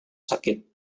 sakit